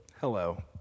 Hello